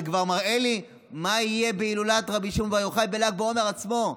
זה כבר מראה לי מה יהיה בהילולת רבי שמעון בר יוחאי בל"ג בעומר עצמו,